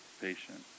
patient